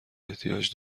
احتیاج